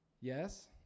Yes